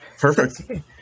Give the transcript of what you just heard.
Perfect